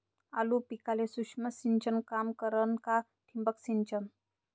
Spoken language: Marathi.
आलू पिकाले सूक्ष्म सिंचन काम करन का ठिबक सिंचन?